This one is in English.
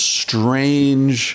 strange